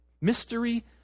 Mystery